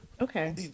okay